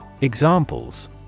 Examples